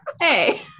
Hey